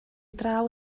draw